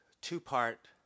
two-part